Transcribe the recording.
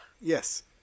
yes